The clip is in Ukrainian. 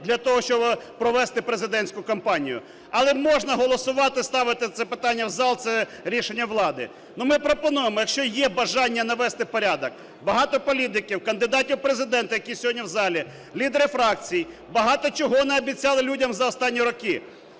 для того, щоби провести президентську кампанію. Але можна голосувати, ставити це питання в зал, це рішення влади. Ми пропонуємо, якщо є бажання навести порядок, багато політиків, кандидатів в Президенти, які сьогодні в залі, лідери фракцій багато чого наобіцяли людям за останні роки.